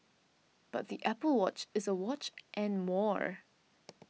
but the Apple Watch is a watch and more